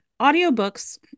audiobooks